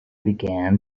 began